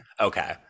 okay